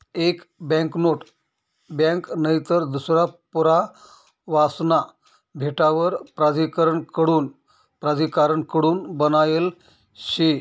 एक banknote bank नईतर दूसरा पुरावासना भेटावर प्राधिकारण कडून बनायेल शे